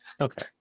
Okay